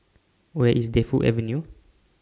Where IS Defu Avenue